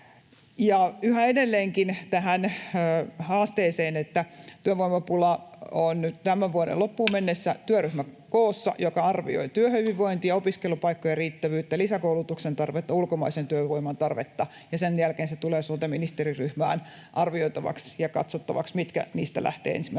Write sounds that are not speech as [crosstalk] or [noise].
yhä edelleenkin tähän haasteeseen, työvoimapulaan: tämän vuoden loppuun mennessä on [noise] työryhmä koossa, joka arvioi työhyvinvointia ja opiskelupaikkojen riittävyyttä, lisäkoulutuksen tarvetta, ulkomaisen työvoiman tarvetta, ja sen jälkeen se tulee sote-ministeriryhmään arvioitavaksi ja katsottavaksi, mitkä niistä lähtevät ensimmäisinä